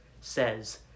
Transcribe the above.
says